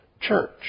church